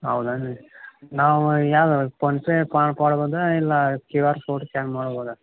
ಹೌದಾ ನಾವು ಯಾರರ್ ಫೋನ್ಪೇ ಕಾಲ್ ಕೊಡ್ಬೋದಾ ಇಲ್ಲ ಕ್ಯೂ ಆರ್ ಕೋಡ್ ಸ್ಕ್ಯಾನ್ ಮಾಡ್ಬೋದಾ